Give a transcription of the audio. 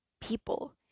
people